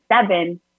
seven